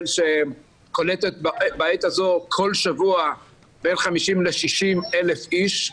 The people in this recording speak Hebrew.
שקולטת בעת הזו כל שבוע בין 50 ל-60 אלף איש,